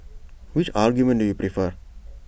which argument do you prefer